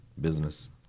business